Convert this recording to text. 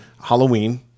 Halloween